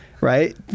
Right